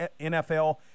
NFL